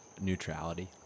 neutrality